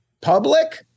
public